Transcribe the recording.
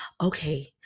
okay